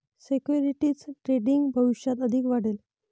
securities trading भविष्यात अधिक वाढेल